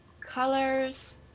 colors